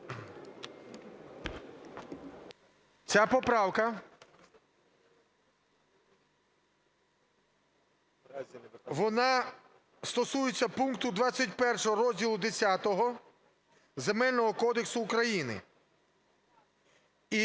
Ця поправка, вона стосується пункту 21 Розділу Х Земельного кодексу України. І